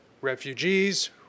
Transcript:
refugees